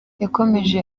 yakomeje